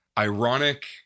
Ironic